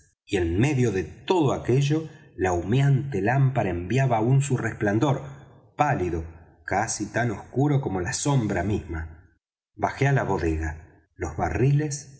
y en medio de todo aquello la humeante lámpara enviaba aún su resplandor pálido casi tan oscuro como la sombra misma bajé á la bodega los barriles